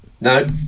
No